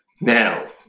Now